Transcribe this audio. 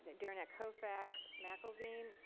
derenak kaufax, mcelveen.